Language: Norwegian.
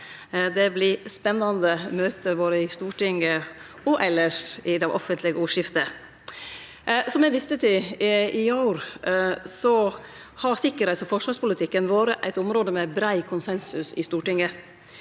Det vert spennande møte både i Stortinget og elles i det offentlege ordskiftet. Som eg viste til i går, har sikkerheits- og forsvarspolitikken vore eit område med brei konsensus i Stortinget.